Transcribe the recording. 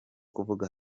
kuvuga